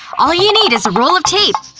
all you need is a roll of tape.